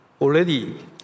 already